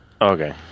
Okay